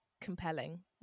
compelling